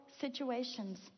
situations